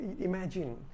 Imagine